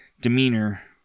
demeanor